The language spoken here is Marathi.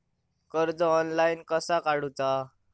कर्ज ऑनलाइन कसा काडूचा?